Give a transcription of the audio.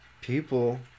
people